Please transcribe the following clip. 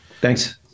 Thanks